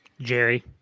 Jerry